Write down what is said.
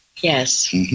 Yes